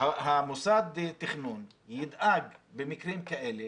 שהמוסד לתכנון ידאג במקרים כאלה